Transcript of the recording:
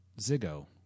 Ziggo